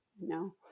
No